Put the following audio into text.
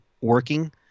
working